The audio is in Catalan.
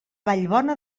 vallbona